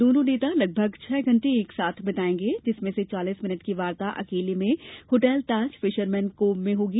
दोनों नेता लगभग छह घंटे एक साथ बितायेंगे जिसमें से चालीस मिनट की वार्ता अकेले में होटल ताज फिशरमेन कोव में होगी